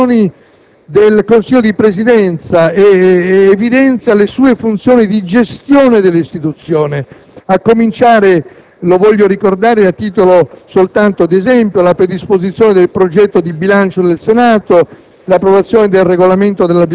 elenca le attribuzioni del Consiglio di Presidenza, evidenziandone le funzioni di gestione dell'istituzione, a cominciare - lo voglio ricordare a titolo soltanto di esempio - dalla predisposizione del progetto di bilancio del Senato,